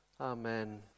Amen